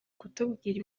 kutubwira